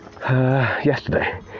yesterday